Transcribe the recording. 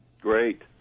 Great